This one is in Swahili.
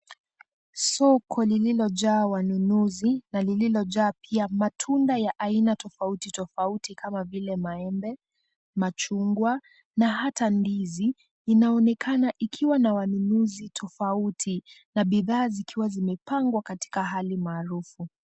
Soko lililojaa wanunuzi na lililojaa pia matunda ya aina tofauti tofauti kama vile maembe, machungwa na hata ndizi, inaonekana ikiwa na wanunuzi tofauti na bidhaa zikiwa zimepangwa katika hali maarufu.